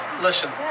Listen